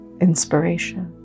inspiration